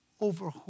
over